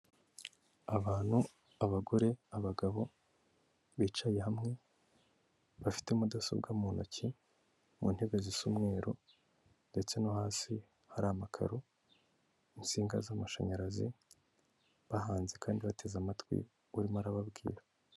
Abantu, abagore, abagabo, bicaye hamwe, bafite mudasobwa mu ntoki, mu ntebe zisa umweru ndetse no hasi hari amakaro, insinga z'amashanyarazi, bahanze kandi bateze amatwi urimo arababwira.